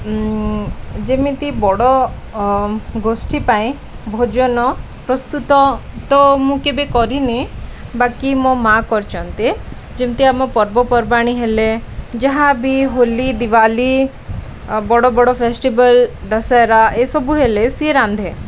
ଯେମିତି ବଡ଼ ଗୋଷ୍ଠୀ ପାଇଁ ଭୋଜନ ପ୍ରସ୍ତୁତ ତ ମୁଁ କେବେ କରିନି ବାକି ମୋ ମା କରିଛନ୍ତି ଯେମିତି ଆମ ପର୍ବପର୍ବାଣି ହେଲେ ଯାହା ବି ହୋଲି ଦିୱାଲିୀ ବଡ଼ ବଡ଼ ଫେଷ୍ଟିଭଲ ଦଶହରା ଏସବୁ ହେଲେ ସିଏ ରାନ୍ଧେ